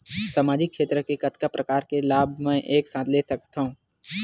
सामाजिक क्षेत्र के कतका प्रकार के लाभ मै एक साथ ले सकथव?